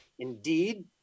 Indeed